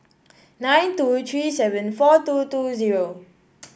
nine two three seven four two two zero